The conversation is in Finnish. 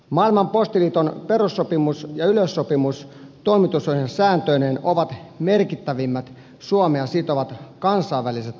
maailman postiliiton perussopimus ja yleissopimus toimitusohjesääntöineen ovat merkittävimmät suomea sitovat kansainväliset postialan sopimukset